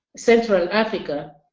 central africa,